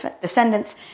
descendants